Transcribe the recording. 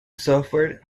software